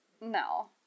no